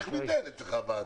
איך מתנהלת אצלך הוועדה?